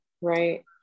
right